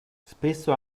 spesso